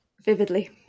Vividly